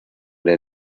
der